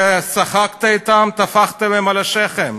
וצחקת אתם, טפחת להם על השכם.